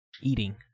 eating